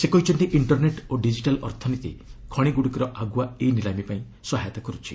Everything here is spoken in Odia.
ସେ କହିଛନ୍ତି ଇଣ୍ଟରନ୍ଟ୍ ଓ ଡିଜିଟାଲ୍ ଅର୍ଥନୀତି ଖଣିଗୁଡ଼ିକର ଆଗୁଆ ଇ ନିଲାମୀ ପାଇଁ ସହାୟତା କରୁଛି